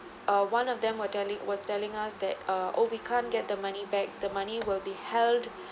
uh one of them were telling was telling us that uh oh we can't get the money back the money will be held